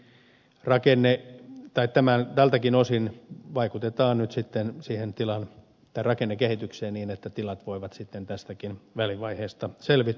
uskon niin että tältäkin osin vaikutetaan nyt sitten siihen tilan rakennekehitykseen niin että tilat voivat sitten tästäkin välivaiheesta selvitä